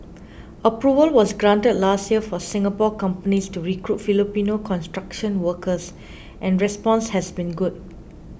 approval was granted last year for Singapore companies to recruit Filipino construction workers and response has been good